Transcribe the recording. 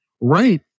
right